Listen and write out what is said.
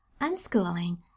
Unschooling